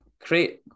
create